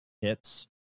hits